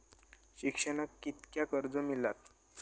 शिक्षणाक कीतक्या कर्ज मिलात?